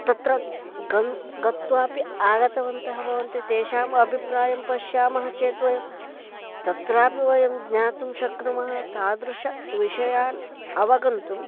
तत्र गन् गत्वापि आगतवन्तः भवन्ति तेषाम् अभिप्रायं पश्यामः चेत् वयं तत्रापि वयं ज्ञातुं शक्नुमः तादृशविषयान् अवगन्तुं